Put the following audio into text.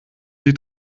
die